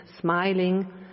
smiling